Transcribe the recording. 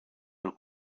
pel